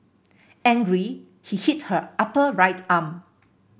angry he hit her upper right arm